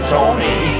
Tony